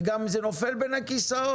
וזה גם נופל בין הכיסאות.